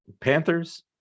panthers